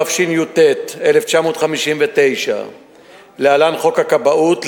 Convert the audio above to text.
התשי"ט1959 (להלן: חוק הכבאות),